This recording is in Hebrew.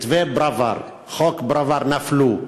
מתווה פראוור, חוק פראוור, נפלו.